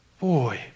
Boy